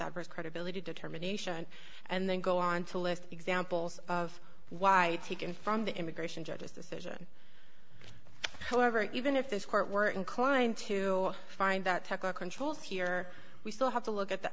adverse credibility determination and then go on to list examples of why taken from the immigration judge's decision however even if this court were inclined to find that controls here we still have to look at the